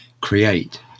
create